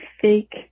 fake